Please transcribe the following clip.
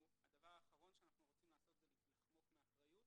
הדבר האחרון שאנחנו רוצים לעשות זה לחמוק מאחריות